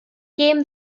gêm